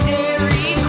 Dairy